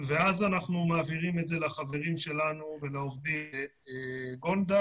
ואז אנחנו מעבירים את זה לחברים שלנו ולעובדים בגונדה,